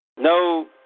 No